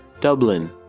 Dublin